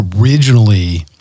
originally